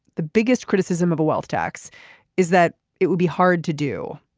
the biggest criticism of a wealth tax is that it would be hard to do.